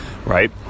Right